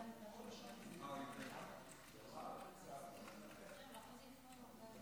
אני קובע כי ההצעה עברה בקריאה